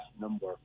number